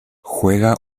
juega